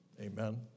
Amen